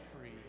free